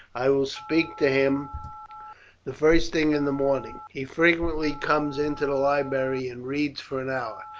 i will speak to him the first thing in the morning. he frequently comes into the library and reads for an hour.